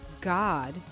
God